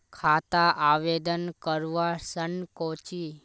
खाता आवेदन करवा संकोची?